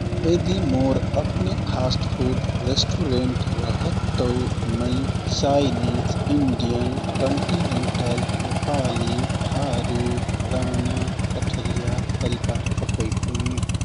यदि मोर अपने फास्टफुड रेस्टुरेन्ट रहत तौ मै Chinese, Indian, continental, Nepali, Tharu, Rana, Kathariya परिकार पकैतुँ।